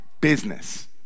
business